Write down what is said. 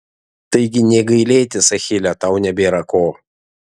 taigi nė gailėtis achile tau nebėra ko